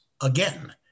again